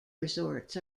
resorts